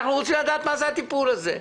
אנחנו רוצים לדעת מה הטיפול הזה.